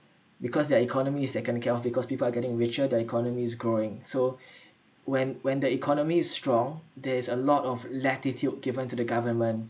because their economy is taken care of because people are getting richer their economy's growing so when when the economy is strong there is a lot of latitude given to the government